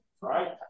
right